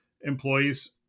employees